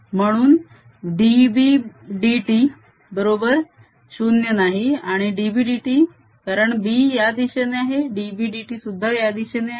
आणि म्हणून dB dt बरोबर 0 नाही आणि dB dt - कारण B या दिशेने आहे dB dt सुद्धा या दिशेने आहे